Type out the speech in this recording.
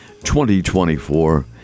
2024